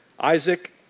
Isaac